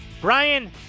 Brian